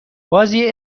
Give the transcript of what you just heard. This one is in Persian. بازی